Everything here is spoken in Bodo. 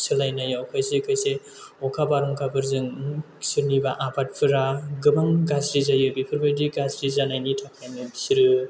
सोलायनायाव खायसे खायसे अखा बारहुंखाफोरजों सोरनिबा आबादफोरा गोबां गाज्रि जायो बेफोरबायदि गाज्रि जानायनि थाखायनो बिसोरो